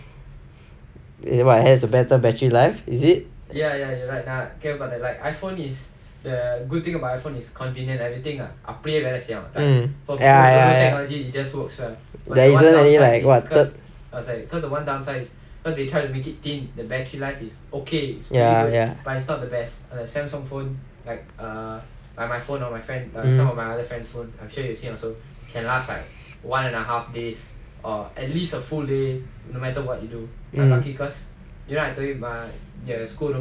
eh what has a better battery life is it